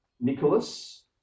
nicholas